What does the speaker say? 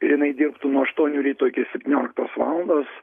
ir jinai dirbtų nuo aštuonių ryto iki septynioliktos valandos